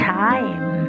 time